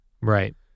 Right